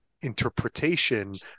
interpretation